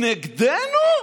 נגדנו?